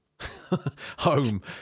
home